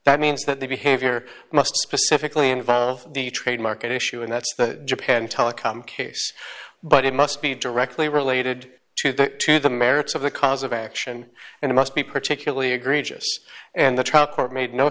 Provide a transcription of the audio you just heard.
that means that the behavior must specifically involve the trademark issue and that's the japan telecom case but it must be directly related to the to the merits of the cause of action and it must be particularly egregious and the trial court made no